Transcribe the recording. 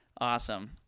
Awesome